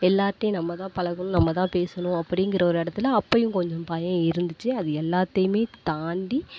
எல்லார்கிட்டியும் நம்ம தான் பழகணும் நம்ம தான் பேசணும் அப்படிங்குற ஒரு இடத்துல அப்பயும் கொஞ்சம் பயம் இருந்துச்சு அது எல்லாத்தையுமே தாண்டி